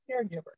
caregiver